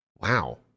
Wow